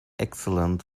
excellent